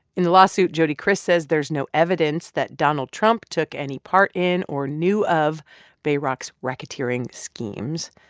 in the lawsuit, jody kriss says there's no evidence that donald trump took any part in or knew of bayrock's racketeering schemes.